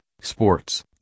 sports